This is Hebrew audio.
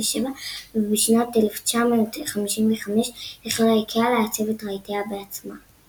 ובשנת 1955 החלה איקאה לעצב את רהיטיה בעצמה.